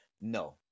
No